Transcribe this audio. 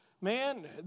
Man